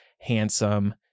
handsome